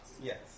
Yes